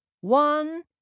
One